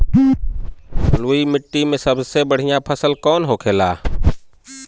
बलुई मिट्टी में सबसे बढ़ियां फसल कौन कौन होखेला?